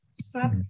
stop